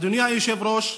אדוני היושב-ראש,